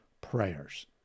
prayers